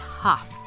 tough